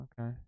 Okay